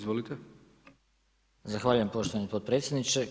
Zahvaljujem poštovani potpredsjedniče.